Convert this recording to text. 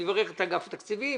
אני מברך את אגף התקציבים,